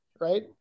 right